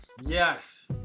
Yes